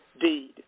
deed